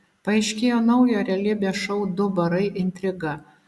paaiškėjo naujo realybės šou du barai intriga